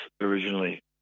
originally